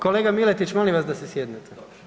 Kolega Miletić molim vas da se sjednete.